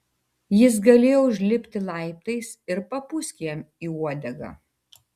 jis galėjo užlipti laiptais ir papūsk jam į uodegą